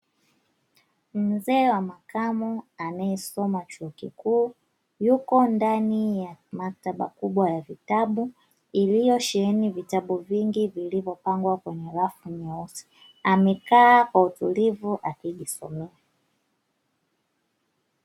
Mzee wa makamo anayesoma chuo kikuu yuko ndani ya maktaba kubwa ya vitabu iliyosheheni vitabu vingi vilivyopangwa kwenye rafu nyeusi amekaa kwa utulivu akijisomea.